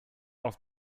auf